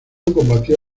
combatió